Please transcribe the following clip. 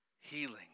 Healing